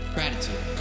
Gratitude